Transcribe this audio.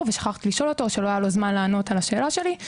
ושכחתי לשאול אותו או שלא היה לו זמן לענות על השאלה שלי.